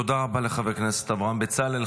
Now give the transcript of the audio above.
תודה רבה לחבר הכנסת אברהם בצלאל.